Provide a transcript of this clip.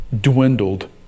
dwindled